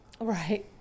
Right